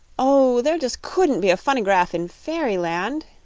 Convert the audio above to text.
oh, there just couldn't be a funnygraf in fairyland!